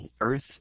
earth